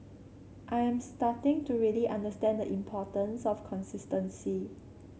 I am starting to really understand the importance of consistency